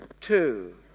two